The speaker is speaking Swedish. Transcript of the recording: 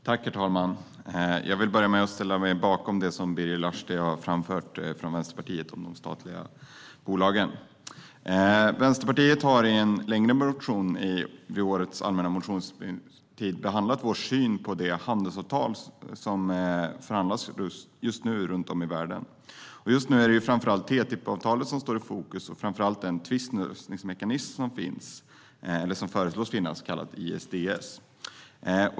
Herr talman! Jag vill börja med att ställa mig bakom det Birger Lahti från Vänsterpartiet har framfört om de statliga bolagen. Vi i Vänsterpartiet har i en längre motion under årets allmänna motionstid behandlat vår syn på de handelsavtal som det just nu förhandlas om runt om i världen. I fokus står framför allt TTIP-avtalet och den tvistlösningsmekanism som föreslås, kallad ISDS.